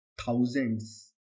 thousands